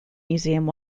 museum